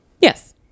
yes